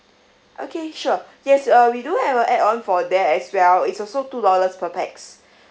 okay sure yes uh we do have a add on for that as well it's also two dollars per pax